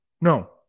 no